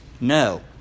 no